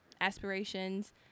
aspirations